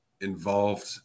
involved